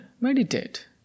meditate